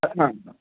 आम् आम्